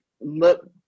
look